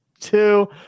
two